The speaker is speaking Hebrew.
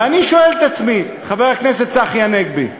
ואני שואל את עצמי, חבר הכנסת צחי הנגבי,